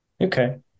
Okay